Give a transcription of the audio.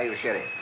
sherry.